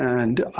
and